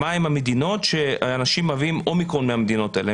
מה הן המדינות שאנשים מביאים אומיקרון מהמדינות האלה?